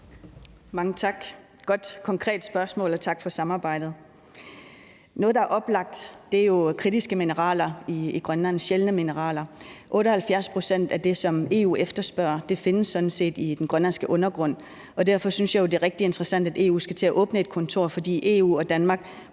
er et godt, konkret spørgsmål – og tak for samarbejdet. Noget, der er oplagt, er jo sjældne, kritiske mineraler i Grønland. 78 pct. af det, som EU efterspørger, findes sådan set i den grønlandske undergrund, og derfor synes jeg jo, det er rigtig interessant, at EU skal til at åbne et kontor, for EU og Danmark